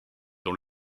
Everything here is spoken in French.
dans